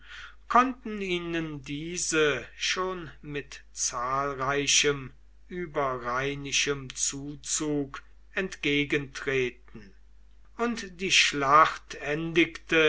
konnten ihnen diese schon mit zahlreichem überrheinischem zuzug entgegentreten und die schlacht